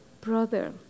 brother